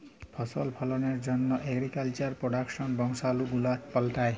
ফসল ফললের জন্হ এগ্রিকালচার প্রডাক্টসের বংশালু গুলা পাল্টাই